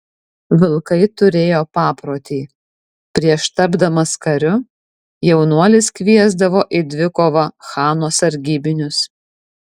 vilkai turėjo paprotį prieš tapdamas kariu jaunuolis kviesdavo į dvikovą chano sargybinius